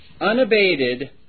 unabated